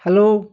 hello